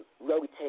rotate